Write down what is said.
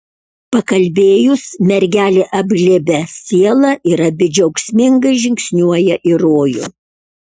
pasikalbėjus mergelė apglėbia sielą ir abi džiaugsmingai žingsniuoja į rojų